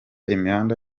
imihanda